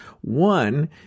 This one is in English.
One